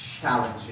challenging